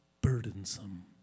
burdensome